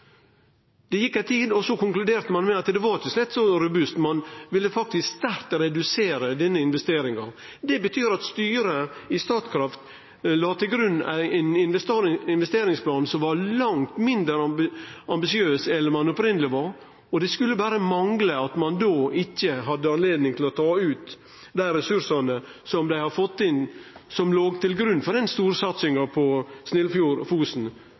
Det gjekk ei tid, og så konkluderte ein med at det slett ikkje var så robust. Ein ville faktisk sterkt redusere denne investeringa. Det betyr at styret i Statkraft la til grunn ein investeringsplan som var langt mindre ambisiøs enn han opphavleg var, og det skulle berre mangle at ein då ikkje hadde anledning til å ta ut dei ressursane som dei hadde fått inn, og som låg til grunn for den storsatsinga på